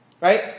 right